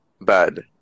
bad